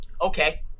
okay